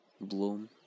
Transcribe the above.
bloom